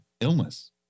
illness